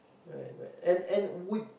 right right and and would